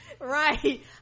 right